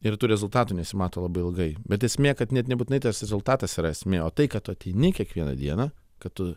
ir tų rezultatų nesimato labai ilgai bet esmė kad net nebūtinai tas rezultatas yra esmė o tai kad ateini kiekvieną dieną kad tu